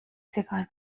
سیگار